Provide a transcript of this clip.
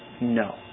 No